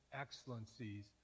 excellencies